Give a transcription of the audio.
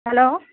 hello